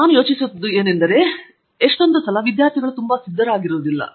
ನಾನು ಯೋಚಿಸುತ್ತಿದ್ದೇನೆಂದರೆ ನನಗೆ ವಿದ್ಯಾರ್ಥಿ ತುಂಬಾ ಸಿದ್ಧವಾಗಿಲ್ಲ ಎಂದು ತೋರಿಸುತ್ತದೆ